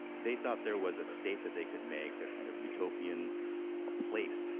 they thought there was a state that they could make, a kind of utopian ah place,